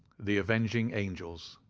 the avenging angels.